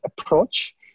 approach